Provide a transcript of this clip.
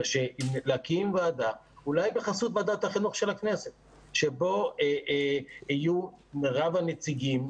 אלא להקים ועדה אולי בחסות ועדת החינוך של הכנסת שבה יהיו מרב הנציגים.